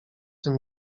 tym